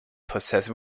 possess